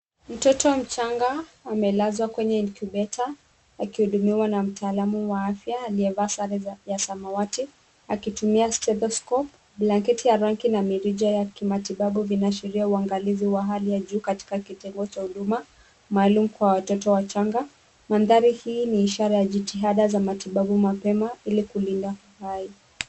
Mtoto mchanga amelazwa kwenye incubator akihudumiwa na mtaalam wa afya aliyevaa sare ya samawati akitumia stethoscope .Blanketi ya rangi na mirija ya kimatibabu vinaashiria uangalizi wa hali ya juu katika kitengo cha huduma maalum kwa watoto wachanga, mandhari hii ni ishara ya jitihada ya matibabu mapema ili kulinda hawa.